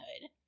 hood